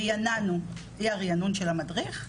ריעננו - היא הריענון של המדריך.